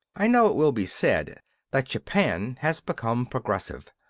i know it will be said that japan has become progressive.